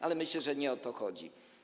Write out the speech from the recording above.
Ale myślę, że nie o to chodzi.